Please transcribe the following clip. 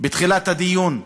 בתחילת הדיון,